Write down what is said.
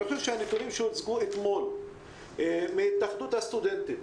הנתונים שהוצגו אתמול מהתאחדות הסטודנטים